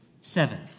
Seventh